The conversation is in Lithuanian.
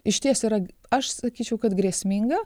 išties yra aš sakyčiau kad grėsminga